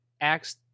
acts